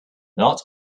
not